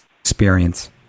experience